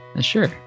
Sure